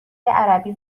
عربی